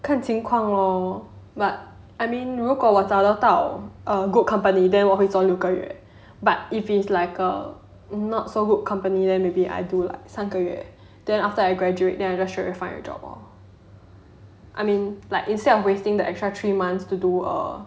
看情况 lor but I mean 如果我找到 a good company then 我会做六个月 but if it's like a not so good company then maybe I do like 三个月 then after I graduate then I just straightaway find a job lor I mean like instead of wasting the extra three months to do uh